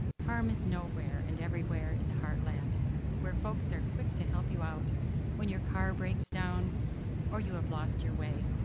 harm is nowhere and everywhere in the heartland where folks are quick to help you out when your car breaks down or you have lost your way.